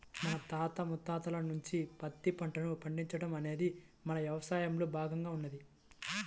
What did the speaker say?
మన తాత ముత్తాతల నుంచే పత్తి పంటను పండించడం అనేది మన యవసాయంలో భాగంగా ఉన్నది